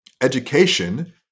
Education